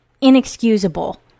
inexcusable